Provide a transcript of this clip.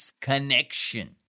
Connection